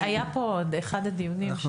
זה היה פה באחד הדיונים.